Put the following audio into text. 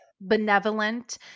benevolent